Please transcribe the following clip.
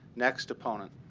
next opponent?